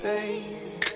Baby